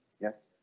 Yes